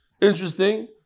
Interesting